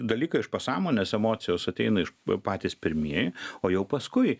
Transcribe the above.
dalykai iš pasąmonės emocijos ateina iš patys pirmieji o jau paskui